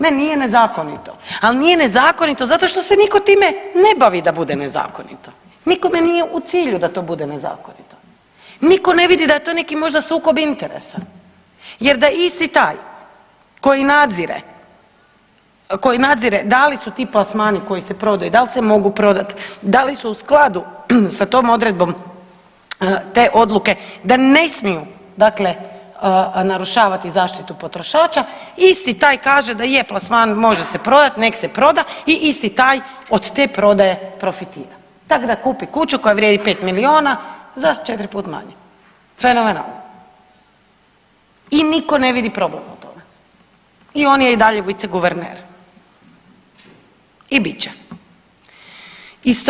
Ne, nije nezakonito, al nije nezakonito zato što se niko time ne bavi da bude nezakonito, nikome nije u cilju da to bude nezakonito, niko ne vidi da je to neki možda sukob interesa jer da isti taj koji nadzire, koji nadzire da li su ti plasmani koji se prodaju dal se mogu prodat, da li su u skladu sa tom odredbom te odluke da ne smiju dakle narušavati zaštitu potrošača, isti taj kaže da je plasman može se prodat, nek se proda i isti taj od te prodaje profitira tak da kupi kuću koja vrijedi 5 milijuna za 4 put manje, fenomenalno i niko ne vidi problem u tome i on je i dalje viceguverner i bit će.